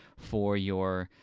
for you're